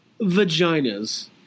vaginas